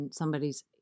somebody's